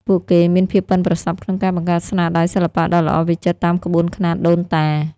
ពួកគេមានភាពប៉ិនប្រសប់ក្នុងការបង្កើតស្នាដៃសិល្បៈដ៏ល្អវិចិត្រតាមក្បួនខ្នាតដូនតា។